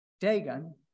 Dagon